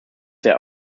their